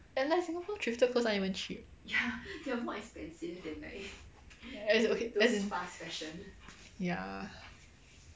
and like singapore thrifted clothes aren't even cheap as in okay as in ya